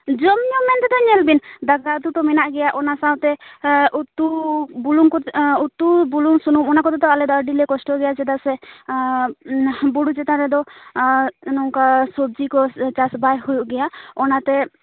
ᱡᱚᱢᱼᱧᱩ ᱢᱮᱱ ᱛᱮᱫᱚ ᱧᱮᱞ ᱵᱮᱱ ᱫᱟᱠᱟᱼᱩᱛᱩ ᱛᱚ ᱢᱮᱱᱟᱜ ᱜᱮᱭᱟ ᱚᱱᱟ ᱥᱟᱶᱛᱮ ᱩᱛᱩ ᱵᱩᱞᱩᱝ ᱠᱚ ᱩᱛᱩ ᱵᱩᱞᱩᱝ ᱥᱩᱱᱩᱢ ᱚᱱᱟ ᱠᱚᱫᱚ ᱟᱞᱮ ᱫᱚ ᱟᱹᱰᱤ ᱞᱮ ᱠᱚᱥᱴᱚᱜ ᱜᱮᱭᱟ ᱪᱮᱫᱟᱜ ᱥᱮ ᱵᱩᱨᱩ ᱪᱮᱛᱟᱱ ᱨᱮᱫᱚ ᱱᱚᱝᱠᱟ ᱥᱚᱵᱽᱡᱤ ᱠᱚ ᱪᱟᱥᱼᱵᱟᱭ ᱦᱩᱭᱩᱜ ᱜᱮᱭᱟ ᱚᱱᱟ ᱛᱮ